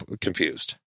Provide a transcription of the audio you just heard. confused